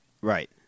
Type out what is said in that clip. right